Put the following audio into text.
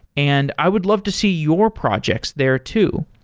and i would love to see your projects there too.